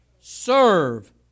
Serve